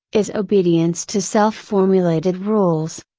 is obedience to self formulated rules,